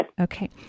okay